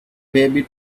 baby